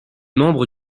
membre